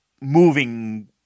moving